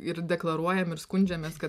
ir deklaruojam ir skundžiamės kad